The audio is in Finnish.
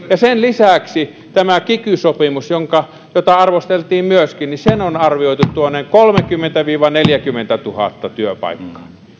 ja sen lisäksi tämän kiky sopimuksen jota arvosteltiin myöskin on arvioitu tuoneen kolmekymmentätuhatta viiva neljäkymmentätuhatta työpaikkaa